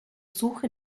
suche